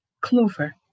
Clover